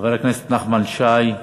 חבר הכנסת נחמן שי,